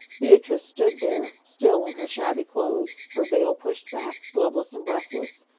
beatrice stood there, still in her shabby clothes, her veil pushed back, gloveless and breathless.